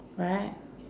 right